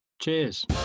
cheers